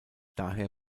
daher